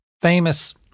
famous